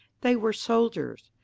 they were soldiers.